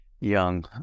Young